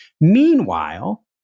Meanwhile